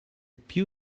più